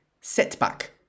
setback